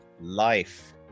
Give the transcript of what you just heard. life